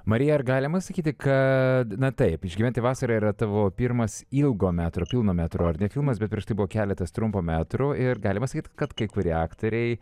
marija ar galima sakyti kad na taip išgyventi vasarą yra tavo pirmas ilgo metro pilno metro ar ne filmas bet prieš tai buvo keletas trumpo metro ir galima sakyt kad kai kurie aktoriai